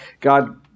God